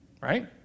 right